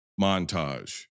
montage